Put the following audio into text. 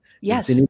Yes